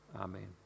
Amen